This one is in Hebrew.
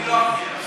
אני לא אפריע.